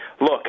Look